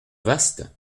vastes